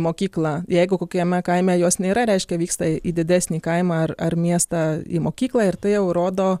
mokykla jeigu kokiame kaime jos nėra reiškia vyksta į didesnį kaimą ar ar miestą į mokyklą ir tai jau rodo